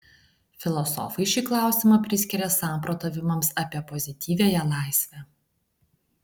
filosofai šį klausimą priskiria samprotavimams apie pozityviąją laisvę